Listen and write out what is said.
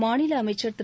மாநில அமைச்சர் திரு